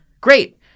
Great